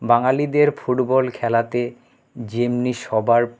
বাঙালিদের ফুটবল খেলাতে যেমনি সবার